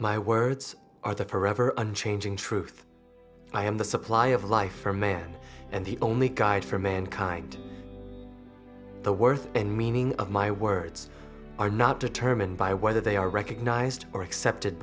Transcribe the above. my words are there forever unchanging truth i am the supply of life for man and the only guide for mankind the worth and meaning of my words are not determined by whether they are recognized or accepted